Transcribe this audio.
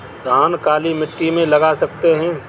धान काली मिट्टी में लगा सकते हैं?